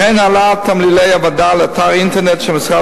העלאת תמלילי הוועדה לאתר האינטרנט של משרד